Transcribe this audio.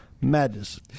Madness